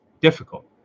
difficult